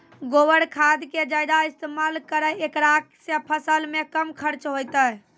गोबर खाद के ज्यादा इस्तेमाल करौ ऐकरा से फसल मे कम खर्च होईतै?